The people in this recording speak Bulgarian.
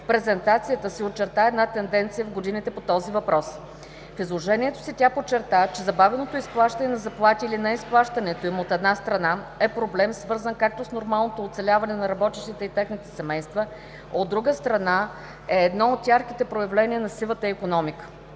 в презентацията си очерта една тенденция в годините по този въпрос. В изложението си тя подчерта, че забавеното изплащане на заплати или не изплащането им, от една страна, е проблем, свързан както с нормалното оцеляване на работещите и техните семейства, от друга страна, е едно от ярките проявления на сивата икономика.